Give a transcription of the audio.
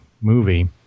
movie